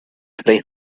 three